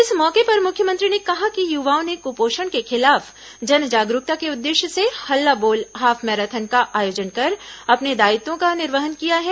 इस मौके पर मुख्यमंत्री ने कहा कि युवाओं ने कुपोषण के खिलाफ जन जागरूकता के उद्देश्य से हल्ला बोल हाफ मैराथन का आयोजन कर अपने दायित्वों का निर्वहन किया है